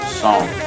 song